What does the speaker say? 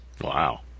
Wow